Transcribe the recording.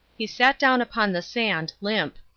he sat down upon the sand, limp.